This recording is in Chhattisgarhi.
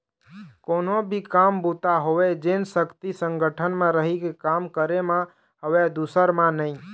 कोनो भी काम बूता होवय जेन सक्ति संगठन म रहिके काम करे म हवय दूसर म नइ